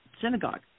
synagogue